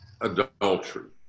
adultery